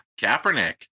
Kaepernick